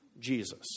Jesus